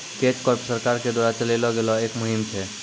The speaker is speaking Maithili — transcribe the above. कैच कॉर्प सरकार के द्वारा चलैलो गेलो एक मुहिम छै